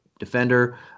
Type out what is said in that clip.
defender